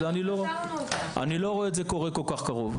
אבל אני לא רואה את זה כל כך בקרוב.